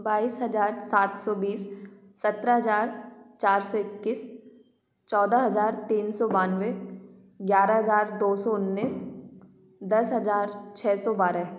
बाइस हजार सात सौ बीस सत्रह हजार चार सौ इक्कीस चौदह हजार तीन सौ बानबे ग्यारह हजार दो सौ उन्नीस दस हजार छ सौ बारह